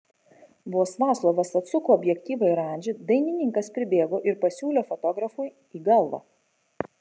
vos vaclovas atsuko objektyvą į radžį dainininkas pribėgo ir pasiūlė fotografui į galvą